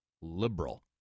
liberal